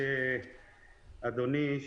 אדוני,